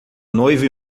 noiva